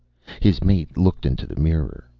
his mate looked into the mirror.